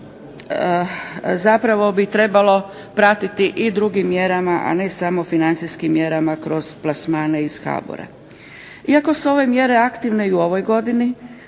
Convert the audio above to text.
zapravo bi trebalo pratiti i drugim mjerama, a ne samo financijskim mjerama kroz plasmane iz HBOR-a. Iako su ove mjere aktivne i u ovoj godini